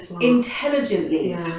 intelligently